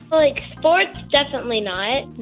like sports? definitely not.